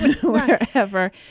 wherever